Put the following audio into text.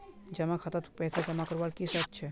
जमा खातात पैसा जमा करवार की शर्त छे?